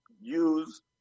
use